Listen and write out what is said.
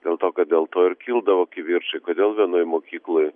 dėl to kad dėl to ir kildavo kivirčai kodėl vienoj mokykloj